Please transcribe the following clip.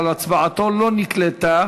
אבל הצבעתו לא נקלטה,